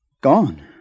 Gone